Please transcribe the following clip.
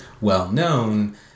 well-known